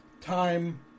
time